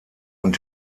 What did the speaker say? und